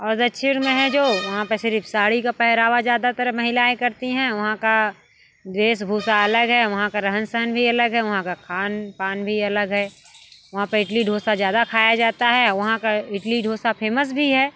और दक्षिण में है जो वहाँ पर सिर्फ़ साड़ी का पेहनावा ज़्यादातर महिलाएँ करती हैं वहाँ की वेश भूषा अलग है वहाँ का रहन सहन भी अलग है वहाँ का खान पान भी अलग है वहाँ पर इडली डोसा ज़्यादा खाया जाता है वहाँ का इडली डोसा फेमस भी है